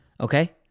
Okay